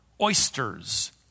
oysters